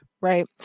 right